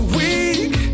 weak